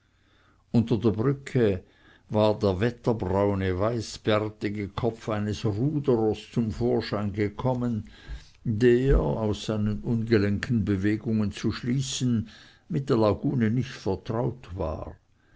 unter der brücke war der wetterbraune weißbärtige kopf eines ruderers zum vorschein gekommen der aus seinen ungelenken bewegungen zu schließen mit der lagune nicht vertraut war